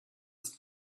ist